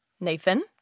Nathan